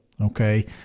okay